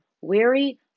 weary